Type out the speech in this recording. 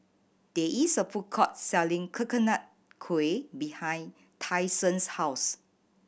there is a food court selling Coconut Kuih behind Tyson's house